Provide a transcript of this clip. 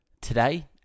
Today